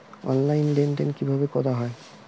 Online লেনদেন কিভাবে করা হয়?